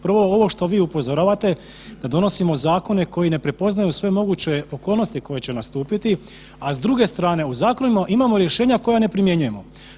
Prvo, ovo što vi upozoravate da donosimo zakone koji ne prepoznaju sve moguće okolnosti koje će nastupiti, a s druge strane u zakonima imamo rješenja koja ne primjenjujemo.